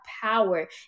power